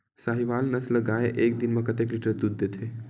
साहीवल नस्ल गाय एक दिन म कतेक लीटर दूध देथे?